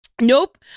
Nope